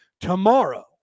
tomorrow